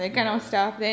ya